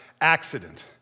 accident